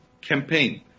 campaign